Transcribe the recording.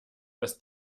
dass